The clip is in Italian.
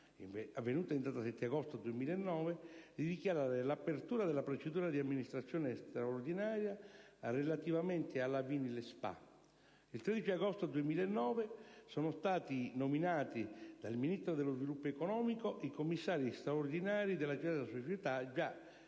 avvenuta in data 7 agosto 2009, di dichiarare l'apertura della procedura di amministrazione straordinaria relativamente alla Vinyls spa. Il 13 agosto 2009 sono stati nominati dal Ministro dello sviluppo economico i commissari straordinari della citata società, già